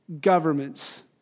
governments